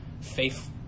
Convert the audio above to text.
faith